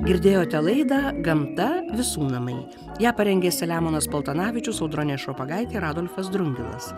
girdėjote laidą gamta visų namai ją parengė selemonas paltanavičius audronė šopagaitė ir adolfas drungilas